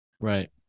right